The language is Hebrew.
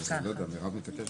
אנחנו מבקשים